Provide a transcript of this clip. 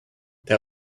then